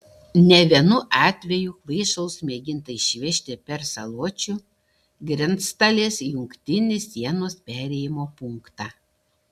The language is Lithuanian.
ne vienu atveju kvaišalus mėginta išvežti per saločių grenctalės jungtinį sienos perėjimo punktą